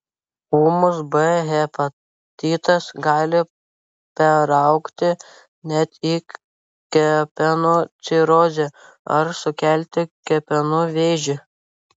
ūmus b hepatitas gali peraugti net į kepenų cirozę ar sukelti kepenų vėžį